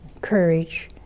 courage